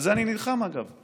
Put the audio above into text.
על זה אני נלחם, אגב.